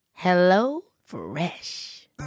HelloFresh